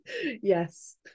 Yes